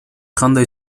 кандай